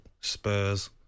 Spurs